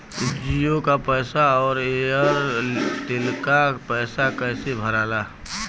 जीओ का पैसा और एयर तेलका पैसा कैसे भराला?